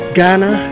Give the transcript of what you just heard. Ghana